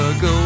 go